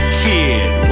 kid